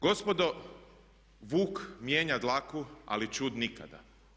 Gospodo, vuk mijenja dlaku ali ćud nikada!